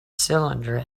cylinder